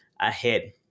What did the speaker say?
ahead